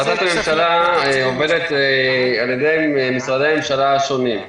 החלטת הממשלה --- על ידי משרדי הממשלה השונים.